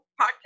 podcast